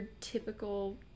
typical